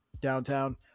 Downtown